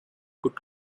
could